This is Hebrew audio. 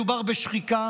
מדובר בשחיקה,